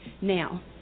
Now